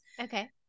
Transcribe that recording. Okay